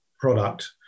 product